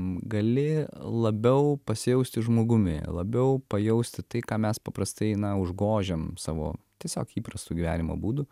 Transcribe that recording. gali labiau pasijausti žmogumi labiau pajausti tai ką mes paprastai na užgožiam savo tiesiog įprastu gyvenimo būdu